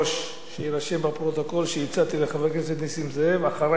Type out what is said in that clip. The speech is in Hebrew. שיירשם בפרוטוקול שהצעתי לחבר הכנסת נסים זאב לדבר אחרי עוד פעם.